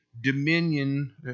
dominion